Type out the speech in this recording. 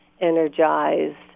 energized